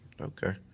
Okay